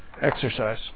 exercise